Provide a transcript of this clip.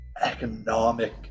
economic